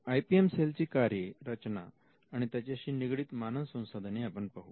I P M cell ची कार्ये रचना आणि त्याच्याशी निगडीत मानव संसाधने आपण पाहू